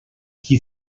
qui